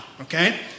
okay